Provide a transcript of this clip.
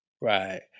Right